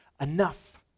enough